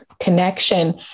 connection